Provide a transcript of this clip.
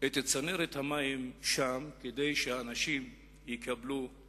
את צנרת המים שם כדי שאנשים יקבלו לא